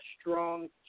strong